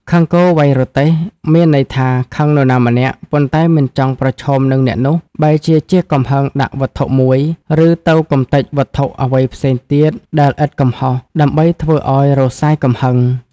ខឹងគោ វ៉ៃរទេះ មានន័យថាខឹងនរណាម្នាក់ ប៉ុន្តែមិនចង់ប្រឈមនឹងអ្នកនោះ បែរជាជះកំហឹងដាក់វត្ថុមួយ ឬទៅកម្ទេចវត្ថុអ្វីផ្សេងទៀតដែលឥតកំហុសដើម្បីធ្វើឱ្យរសាយកំហឹង ។